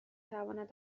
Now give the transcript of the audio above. تواند